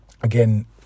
Again